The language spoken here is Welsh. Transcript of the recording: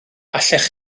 allech